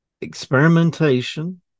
experimentation